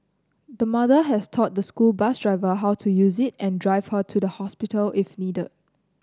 the mother has taught the school bus driver how to use it and drive her to the hospital if needed